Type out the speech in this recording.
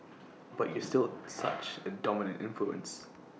but you're still such A dominant influence